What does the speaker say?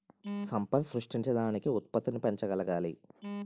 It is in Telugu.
సంపద సృష్టించడానికి ఉత్పత్తిని పెంచగలగాలి